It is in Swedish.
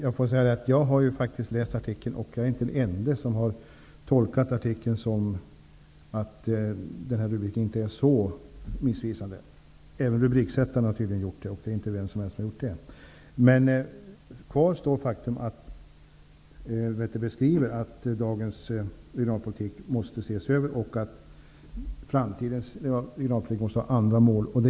Herr talman! Jag har faktiskt läst artikeln, och jag är inte den enda som har tolkat artikeln så att rubriken inte är så missvisande. Även rubriksättaren har tydligen gjort det, och det är inte vem som helst. Kvar står det faktum att Wetterberg skriver att dagens regionalpolitik måste ses över och att framtidens regionalpolitik måste ha andra mål.